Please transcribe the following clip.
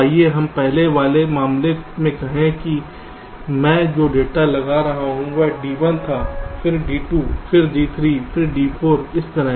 आइए हम पहले वाले मामले में कहें कि मैं जो डेटा लगा रहा था वह D1 था फिर D2 फिर D3 फिर D4 इस तरह